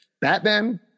Batman